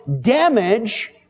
damage